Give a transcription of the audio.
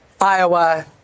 Iowa